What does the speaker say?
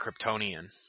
Kryptonian